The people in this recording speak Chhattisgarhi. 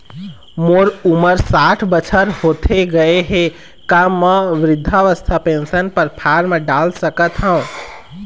मोर उमर साठ बछर होथे गए हे का म वृद्धावस्था पेंशन पर फार्म डाल सकत हंव?